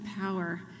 power